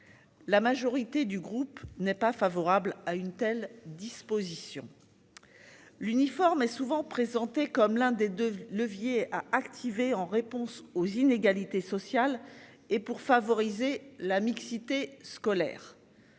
La majorité du groupe n'est pas favorable à une telle disposition. L'uniforme est souvent présenté comme l'un des deux leviers à activer en réponse aux inégalités sociales et pour favoriser la mixité scolaire.